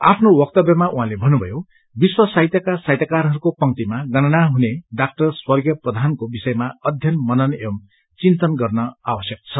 आफ्नो बक्तब्यमा उहाँले भन्नुभयो विश्व साहित्यका साहित्यकारहरूको पंक्तिमा गणना हुने डाक्टर स्वर्गीय प्रधानको विषयमा अध्ययन मनन एव चिन्तन गर्न आवश्यक छ